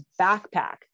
backpack